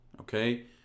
okay